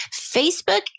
Facebook